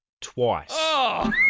twice